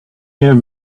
year